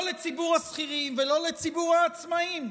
לא לציבור השכירים ולא לציבור העצמאים.